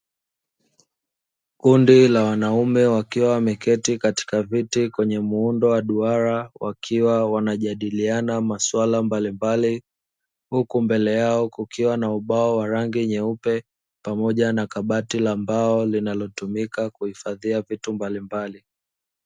Kundi la wanaume, wakiwa wameketi katika viti kwenye muundo wa duara, wakiwa wanajadiliana masuala mbalimbali. Huku mbele yao kukiwa na ubao wa rangi nyeupe pamoja na kabati la mbao, linalotumika kuhifadhia vitu mbalimbali.